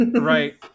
Right